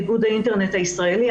עם איגוד האינטרנט הישראלי,